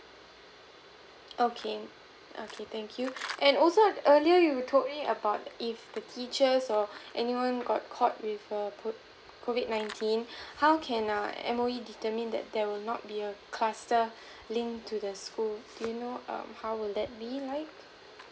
okay okay thank you and also err earlier you told me about if the teachers or anyone got caught with err cov~ COVID nineteen how can err M_O_E determine that there will not be a cluster link to the school you know err how would that be like